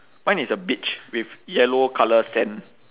mine is a beach with yellow colour sand